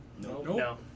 No